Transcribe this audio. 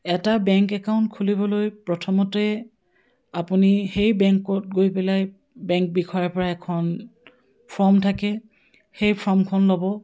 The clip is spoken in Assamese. এটা বেংক একাউণ্ট খুলিবলৈ প্ৰথমতে আপুনি সেই বেংকত গৈ পেলাই বেংক বিষয়ৰ পৰা এখন ফৰ্ম থাকে সেই ফৰ্মখন ল'ব